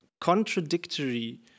contradictory